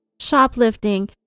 shoplifting